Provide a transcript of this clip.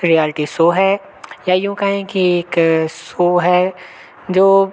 realty show है या यूँ कहें कि एक सो है जो